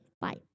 Bye